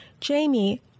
Jamie